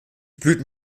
blüten